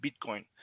Bitcoin